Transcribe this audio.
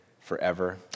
forever